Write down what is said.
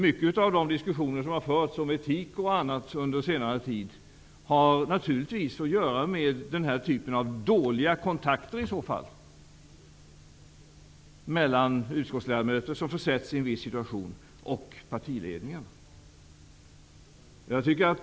Många av de diskussioner som under senare tid har förts om bl.a. etik har naturligtvis att göra med den här typen av dåliga kontakter mellan utskottsledamöter som försätts i en viss situation och partiledningen.